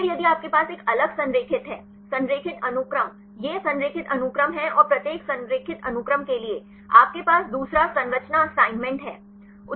फिर यदि आपके पास एक अलग संरेखित है संरेखित अनुक्रम ये संरेखित अनुक्रम हैं और प्रत्येक संरेखित अनुक्रम के लिए आपके पास दूसरा संरचना असाइनमेंट है